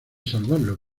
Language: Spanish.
salvarlo